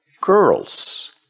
girls